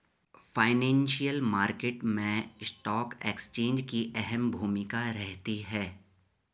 financial market मैं stock exchange की अहम भूमिका रहती है